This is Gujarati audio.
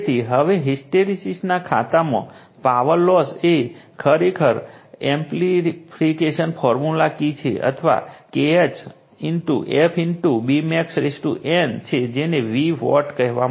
તેથી હવે હિસ્ટેરેસીસના ખાતામાં પાવર લોસ એ ખરેખર એમ્પિરિકલ ફોર્મુલા કી છે અથવા Kh f Bmaxn છે જેને V વોટ્સ કહેવામાં આવે છે